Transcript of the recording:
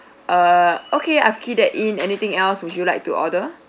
err okay I've keyed that in anything else would you like to order